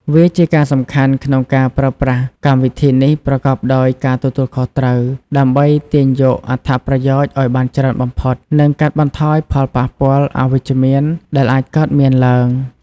វាជាការសំខាន់ក្នុងការប្រើប្រាស់កម្មវិធីនេះប្រកបដោយការទទួលខុសត្រូវ ដើម្បីទាញយកអត្ថប្រយោជន៍ឱ្យបានច្រើនបំផុត និងកាត់បន្ថយផលប៉ះពាល់អវិជ្ជមានដែលអាចកើតមានឡើង។